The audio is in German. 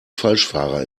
falschfahrer